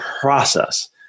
process